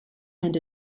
and